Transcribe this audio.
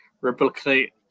replicate